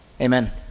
Amen